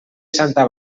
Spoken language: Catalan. santa